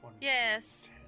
Yes